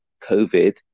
COVID